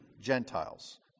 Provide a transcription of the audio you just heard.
Gentiles